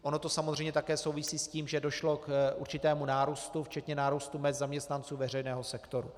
Ono to samozřejmě také souvisí s tím, že došlo k určitému nárůstu, včetně nárůstu mezd zaměstnanců veřejného sektoru.